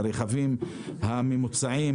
לרכבים הממוצעים